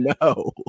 no